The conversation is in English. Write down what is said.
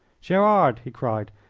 gerard, he cried,